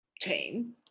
chain